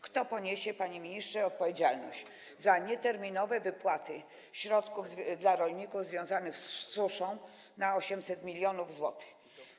Kto poniesie, panie ministrze, odpowiedzialność za nieterminowe wypłaty środków dla rolników związanych z suszą w wysokości 800 mln zł?